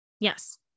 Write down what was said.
yes